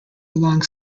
along